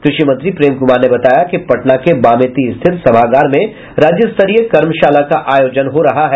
कृषि मंत्री प्रेम कुमार ने बताया कि पटना के बामेती स्थित सभागार में राज्यस्तरीय कर्मशाला का आयोजन हो रहा है